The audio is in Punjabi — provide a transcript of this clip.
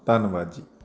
ਧੰਨਵਾਦ ਜੀ